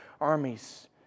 armies